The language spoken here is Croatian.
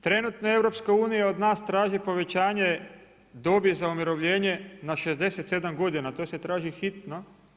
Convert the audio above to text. Trenutno EU od nas traži povećanje dobi za umirovljenje na 67 godina, to se traži hitno.